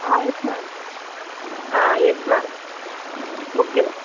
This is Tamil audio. ah yes ma'am ah yes ma'am okay ma'am